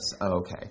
Okay